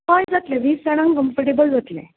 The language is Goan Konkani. हय जातले वीस जाणांक कमफटेबल जातलें